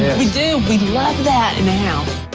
and we do, we love that now.